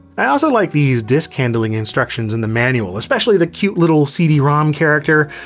i also like these disc handling instructions in the manual, especially the cute little cd-rom character.